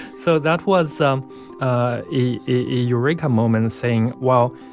so that was um a eureka moment in seeing, well,